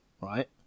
right